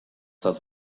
das